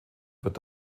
wird